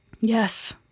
Yes